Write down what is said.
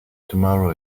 tomorrow